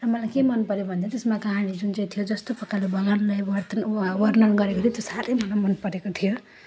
र मलाई के मनपर्यो भन्दा चाहिँ त्यसमा कहानी जुन चाहिँ थियो जस्तो प्रकारले बगानलाई वर्तन वर्णन गरेको थियो त्यो साह्रै मलाई मनपरेको थियो